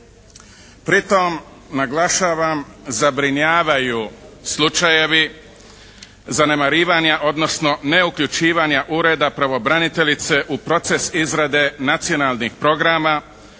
Pri tom naglašavam zabrinjavaju slučajevi zanemarivanja odnosno neuključivanja Ureda pravobraniteljice u proces izrade nacionalnih programa